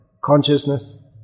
consciousness